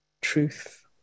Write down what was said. truth